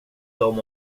dem